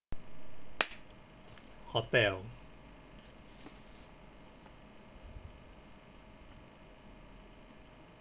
hotel